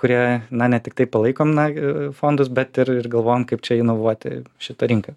kurie na ne tiktai palaikom na fondus bet ir ir galvojam kaip čia įnovuoti šitą rinką